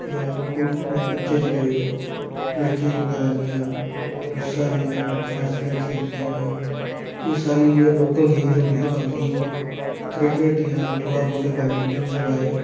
जां को बच्चे जेह्ड़े लड़कियां बगैरा जियां ओह् रस्सा जियां टप्पना अस जेह्ड़ियां खेलदियां हियां एह् सारियां इ'यै लोकल गेमस होंदी हियां बाकी क्रिकेट जां थोह्ड़ा बोह्त बैडमिंटन सिवाए